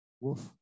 Woof